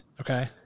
Okay